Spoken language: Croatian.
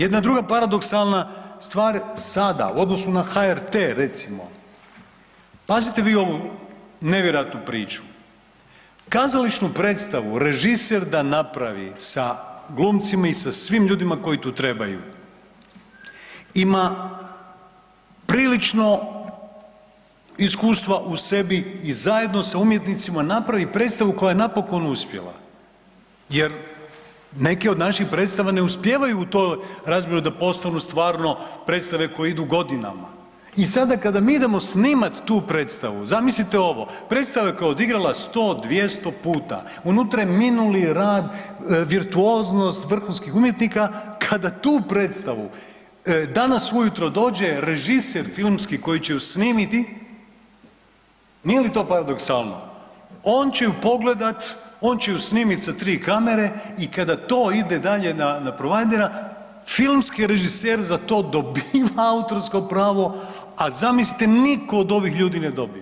Jedna druga paradoksalna stvar sada u odnosu na HRT recimo, pazite vi ovu nevjerojatnu priču, kazališnu predstavu režiser da napravi sa glumcima i sa svim ljudima koji tu trebaju ima prilično iskustva u sebi i zajedno sa umjetnicima napravi predstavu koja je napokon uspjela jer neki od naših predstava ne uspijevaju u tom razdoblju da postanu stvarno predstave koje idu godinama i sada kada mi idemo snimat tu predstavu, zamislite ovo, predstava je kao odigrala 100, 200 puta, unutra je minuli rad, virtuoznost vrhunskih umjetnika, kada tu predstavu danas ujutro dođe režiser filmski koji će ju snimiti nije li to paradoksalno, on će ju pogledat, on će ju snimit sa 3 kamere i kada to ide dalje na, na provajdera filmski režiser za to dobiva autorsko pravo, a zamislite niko od ovih ljudi ne dobiva.